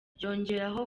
yongeraho